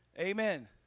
Amen